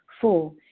Four